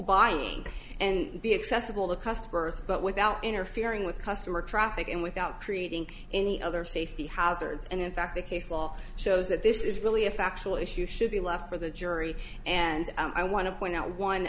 buying and be accessible to customers but without interfering with customer traffic and without creating any other safety hazards and in fact the case law shows that this is really a factual issue should be left for the jury and i want to point out one